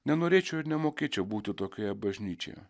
nenorėčiau ir nemokėčiau būti tokioje bažnyčioje